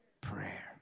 Prayer